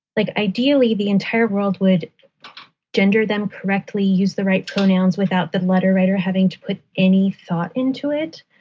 like, ideally, the entire world would gender them correctly, use the right pronouns without the letter writer having to put any thought into it.